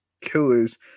killers